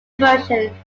immersion